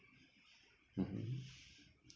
mmhmm